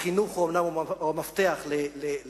החינוך הוא אומנם המפתח לעתיד.